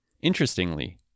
interestingly